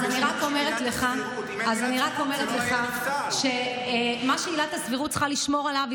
אז אני רק אומרת לך שמה שעילת הסבירות צריכה לשמור עליו,